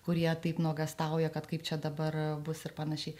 kurie taip nuogąstauja kad kaip čia dabar bus ir panašiai